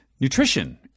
nutrition